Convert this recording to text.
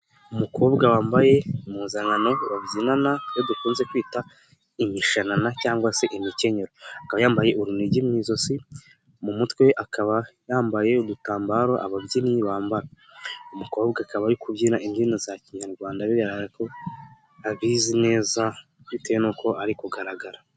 Umukobwa wambaye impuzankano babyinana iyo dukunze kwita imishanana cyangwa se imikenyero, akaba yambaye urunigi mu ijosi, mu mutwe akaba yambaye udutambaro ababyinnyi bambara, umukobwa akaba ari kubyina imbyino za Kinyarwanda bigaragara ko abizi neza bitewe n'uko ari kugaragara.